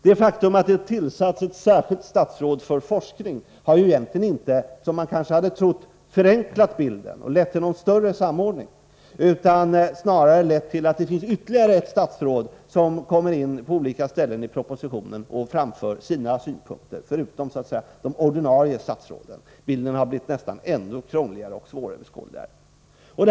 Det faktum att det tillsatts ett särskilt statsråd för forskning har egentligen inte, som man kanske trott, förenklat bilden och lett till större samordning. Resultatet har snarare blivit att det nu finns ytterligare ett statsråd som kommer in på olika ställen i propositionen och framför sina synpunkter, utöver de ordinarie statsråden. Bilden har nästan blivit ännu krångligare och svåröverskådligare.